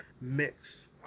mix